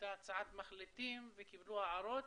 הייתה הצעת מחליטים וקיבלו הערות